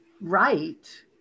right